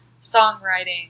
songwriting